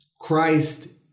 Christ